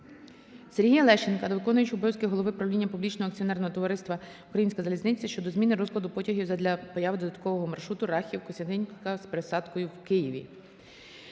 Сергія Лещенка до виконуючого обов'язки Голови правління Публічного акціонерного товариства "Українська залізниця" щодо зміни розкладу потягів задля появи додаткового маршруту Рахів-Костянтинівка з пересадкою в Києві.